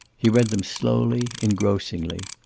he read them slowly, engrossingly.